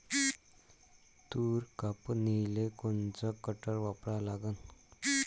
तूर कापनीले कोनचं कटर वापरा लागन?